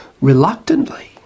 reluctantly